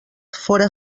fóra